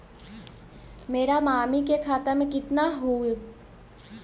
मेरा मामी के खाता में कितना हूउ?